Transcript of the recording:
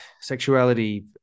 sexuality